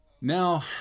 Now